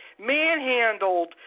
manhandled